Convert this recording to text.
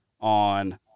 on